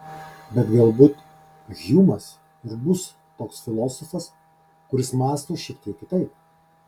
bet galbūt hjumas ir bus toks filosofas kuris mąsto šiek tiek kitaip